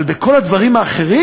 אבל בכל הדברים האחרים?